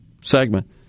segment